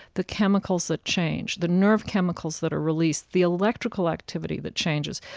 the chemicals that change, the nerve chemicals that are released, the electrical activity that changes.